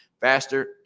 faster